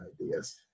ideas